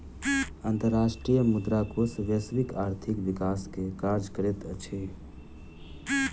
अंतर्राष्ट्रीय मुद्रा कोष वैश्विक आर्थिक विकास के कार्य करैत अछि